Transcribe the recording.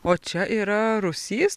o čia yra rūsys